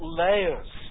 layers